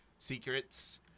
secrets